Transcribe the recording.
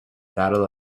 battle